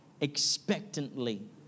expectantly